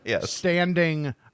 standing